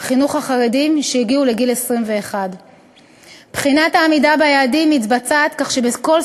החינוך החרדיים שהגיעו לגיל 21. בחינת העמידה ביעדים מתבצעת כך שבכל